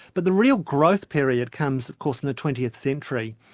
but the real growth period comes of course in the twentieth century.